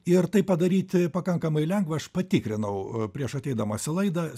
ir tai padaryti pakankamai lengva aš patikrinau prieš ateidamas į laidą